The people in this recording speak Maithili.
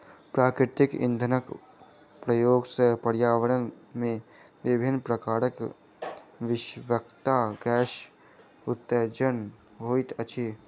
प्राकृतिक इंधनक प्रयोग सॅ पर्यावरण मे विभिन्न प्रकारक विषाक्त गैसक उत्सर्जन होइत अछि